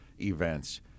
events